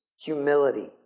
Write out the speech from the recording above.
humility